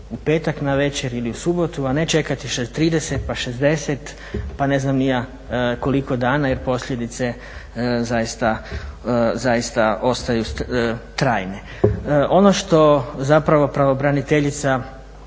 u petak navečer ili u subotu, a ne čekati 30 pa 60 pa ne znam ni ja koliko dana jer posljedice zaista ostaju trajne. Ono što zapravo pravobraniteljica